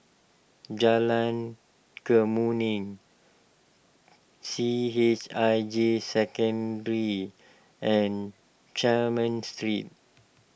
Jalan Kemuning C H I J Secondary and Carmen Street